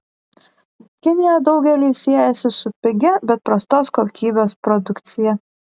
kinija daugeliui siejasi su pigia bet prastos kokybės produkcija